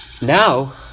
now